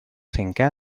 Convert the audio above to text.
cinqué